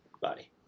body